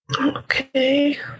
Okay